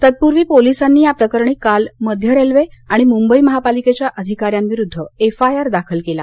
तत्पूर्वी पोलिसांनी या प्रकरणी काल मध्य रेल्वे आणि मुंबई महापालिकेच्या अधिकाऱ्यांविरुद्ध एफआयआर दाखल केला